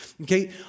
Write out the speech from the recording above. Okay